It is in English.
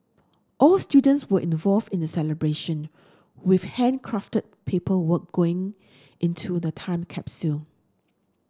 all students were involved in the celebration with handcrafted paperwork going into the time capsule